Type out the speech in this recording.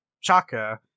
Chaka